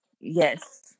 Yes